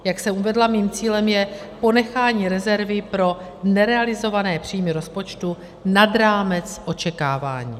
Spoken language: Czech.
Jak jsem uvedla, mým cílem je ponechání rezervy pro nerealizované příjmy rozpočtu nad rámec očekávání.